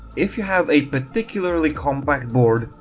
if you have a particularly compact board,